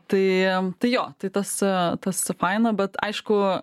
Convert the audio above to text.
tai tai jo tai tas tas faina bet aišku